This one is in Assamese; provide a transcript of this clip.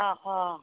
অঁ অঁ